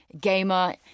gamer